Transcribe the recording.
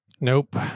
Nope